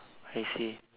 I see